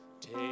take